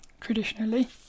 traditionally